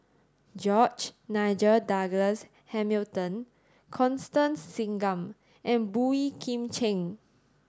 George Nigel Douglas Hamilton Constance Singam and Boey Kim Cheng